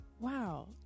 Wow